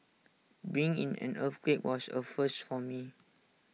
being in an earthquake was A first for me